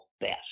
best